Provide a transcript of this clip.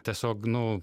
tiesiog nu